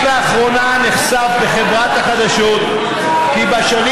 רק לאחרונה נחשף בחברת החדשות כי בשנים